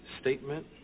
statement